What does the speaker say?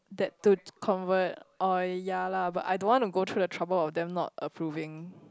that to convert or ya lah but I don't want to go through the trouble of them not approving